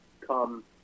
come